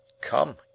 Come